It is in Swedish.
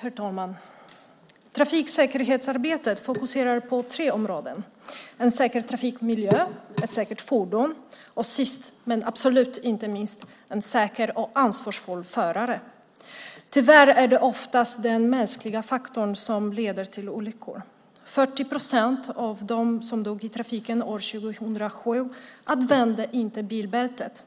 Herr talman! Trafiksäkerhetsarbetet fokuserar på tre områden: en säker trafikmiljö, ett säkert fordon och sist, men absolut inte minst, en säker och ansvarsfull förare. Tyvärr är det oftast den mänskliga faktorn som leder till olyckor. 40 procent av dem som dog i trafiken år 2007 använde inte bilbältet.